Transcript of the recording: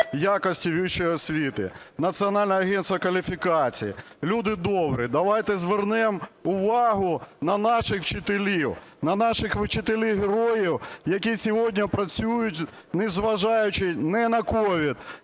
якості вищої освіти, Національному агентству кваліфікацій. Люди добрі, давайте звернемо увагу на наших вчителів, на наших вчителів героїв, які сьогодні працюють, не зважаючи ні на COVID,